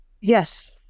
Yes